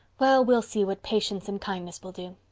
well, we'll see what patience and kindness will do.